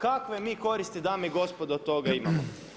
Kakve mi koristi dame i gospodo od toga imamo?